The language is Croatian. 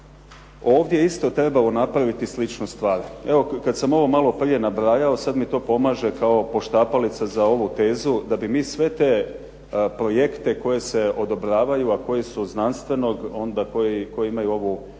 ovdje isto trebalo napraviti sličnu stvar. Evo kada sam ovo malo prije nabrajao, sada mi to pomaže kao poštapalica za ovu tezu, da bi mi sve te projekte koje se odobravaju, a koji su znanstvenog, koji imaju